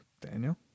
Daniel